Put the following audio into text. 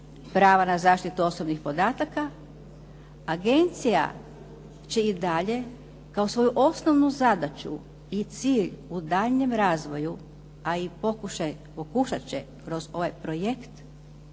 prava na zaštitu osobnih podataka. Agencija će i dalje kao osnovnu zadaću i cilj u daljnjem razvoju, a i pokušat će kroz ovaj projekt